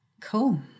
Cool